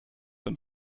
een